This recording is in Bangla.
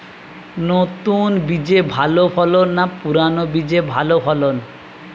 নতুন বীজে ভালো ফলন না পুরানো বীজে ভালো ফলন?